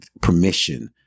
permission